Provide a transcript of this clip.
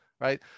right